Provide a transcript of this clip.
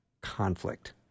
conflict